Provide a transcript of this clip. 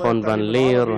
מכון ון ליר,